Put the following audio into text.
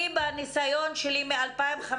מהניסיון שלי מ-2015,